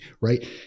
right